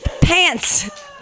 Pants